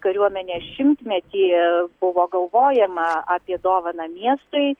kariuomenės šimtmetį buvo galvojama apie dovaną miestui